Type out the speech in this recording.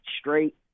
straight